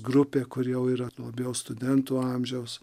grupė kuri jau yra labiau studentų amžiaus